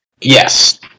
Yes